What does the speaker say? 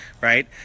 right